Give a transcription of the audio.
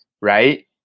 right